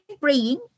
praying